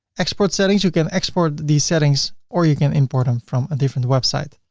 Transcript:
export settings you can export these settings or you can import them from a different website.